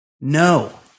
No